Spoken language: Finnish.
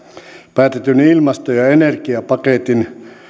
päätetyn ilmasto ja energiapaketin